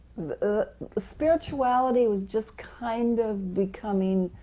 spirituality was just kind of becoming